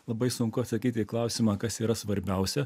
labai sunku atsakyti į klausimą kas yra svarbiausia